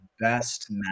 best